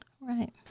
Right